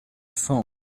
phone